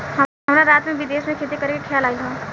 हमरा रात में विदेश में खेती करे के खेआल आइल ह